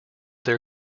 their